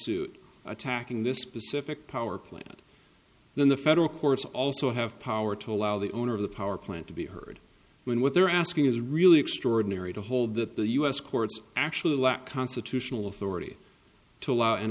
suit attacking this specific power plant then the federal courts also have power to allow the owner of the power plant to be heard when what they're asking is really extraordinary to hold that the u s courts actually lack constitutional authority to allow